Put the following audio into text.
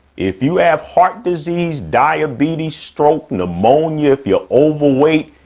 if you have heart disease, diabetes, stroke, pneumonia, if you're overweight,